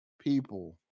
people